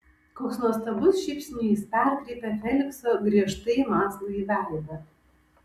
koks nuostabus šypsnys perkreipia felikso griežtai mąslųjį veidą